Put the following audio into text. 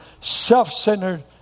Self-centered